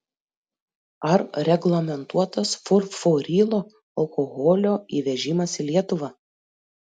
ar reglamentuotas furfurilo alkoholio įvežimas į lietuvą